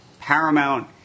paramount